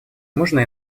можно